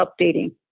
updating